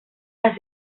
las